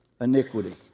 iniquity